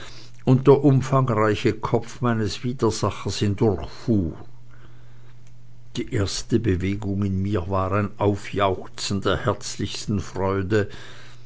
und der umfangreiche kopf meines widersachers hindurchfuhr die erste bewegung in mir war ein aufjauchzen der herzlichsten freude